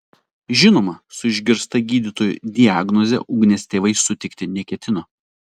žinoma su išgirsta gydytojų diagnoze ugnės tėvai sutikti neketino